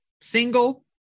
single